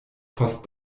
post